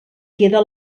queda